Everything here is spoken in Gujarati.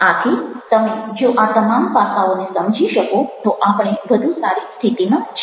અને તમે જો આ તમામ પાસાઓને સમજી શકો તો આપણે વધુ સારી સ્થિતિમાં છીએ